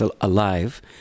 alive